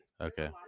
Okay